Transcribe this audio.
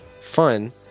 fun